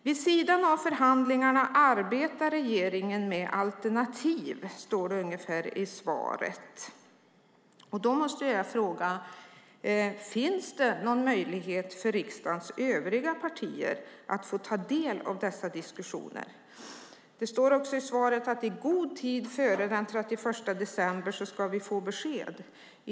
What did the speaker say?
Vid sidan av förhandlingarna arbetar regeringen med alternativ, står det ungefär i svaret. Då måste jag fråga: Finns det någon möjlighet för riksdagens övriga partier att få ta del av dessa diskussioner? Det står också i svaret att vi "i god tid före den 31 december" ska få besked.